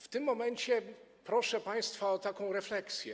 W tym momencie proszę państwa o taką refleksję.